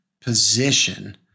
position